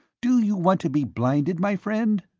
do you want to be blinded, my friend?